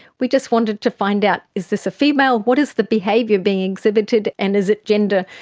we just wanted to find out is this a female, what is the behaviour being exhibited, and is it gender-based,